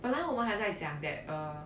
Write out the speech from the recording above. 本来我们还在讲 that uh